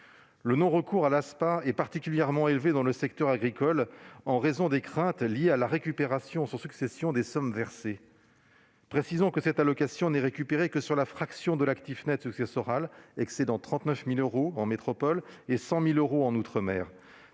Le non-recours à l'ASPA est particulièrement élevé dans le secteur agricole en raison des craintes liées à la récupération sur succession des sommes versées. Précisons que cette allocation n'est récupérée que sur la fraction de l'actif net successoral excédant 39 000 euros en métropole et 100 000 euros en outre-mer,